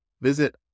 Visit